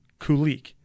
Kulik